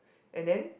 and then